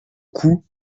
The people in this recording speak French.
coups